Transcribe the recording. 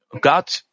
God